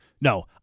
No